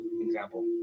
Example